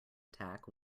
attack